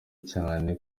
cane